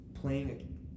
playing